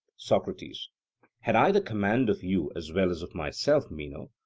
socrates had i the command of you as well as of myself, meno,